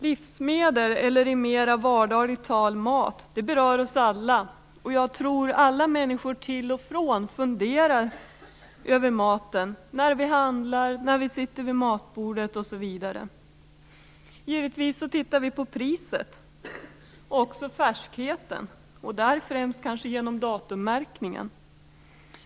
Livsmedel, eller i mer vardagligt tal mat, berör oss alla. Jag tror att alla människor till och från funderar över maten - när vi handlar, när vi sitter vid matbordet osv. Givetvis tittar vi på priset, och också färskheten. Då handlar det främst om datummärkningen.